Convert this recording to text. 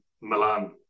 Milan